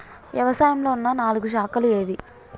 వ్యవసాయంలో ఉన్న నాలుగు శాఖలు ఏవి?